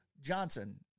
Johnson